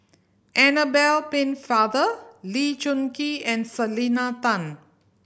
Annabel Pennefather Lee Choon Kee and Selena Tan